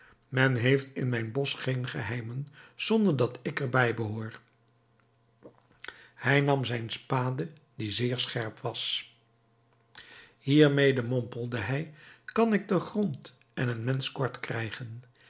men heeft in mijn bosch geen geheimen zonder dat ik er bij behoor hij nam zijn spade die zeer scherp was hiermede mompelde hij kan ik den grond en een mensch kort krijgen